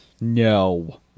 No